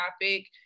topic